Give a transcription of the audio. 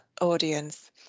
audience